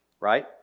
Right